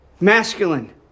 masculine